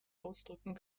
ausdrücken